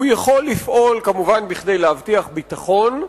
הוא יכול לפעול כדי להבטיח ביטחון,